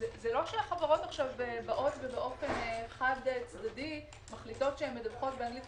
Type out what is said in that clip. זה לא שהחברות באפן חד-צדדי מחליטות שהן מדווחות כך.